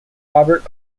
robert